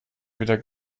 wieder